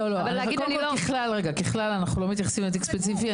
ככלל אנחנו לא מתייחסים לתיק ספציפי.